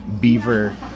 Beaver